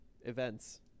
events